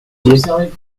cuisiat